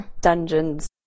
dungeons